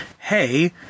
hey